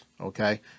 okay